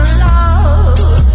love